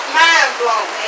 mind-blowing